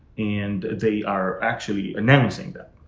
and they are actually announcing that.